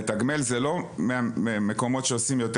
לתגמל זה לא מקומות שעושים יותר,